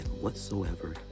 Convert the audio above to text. whatsoever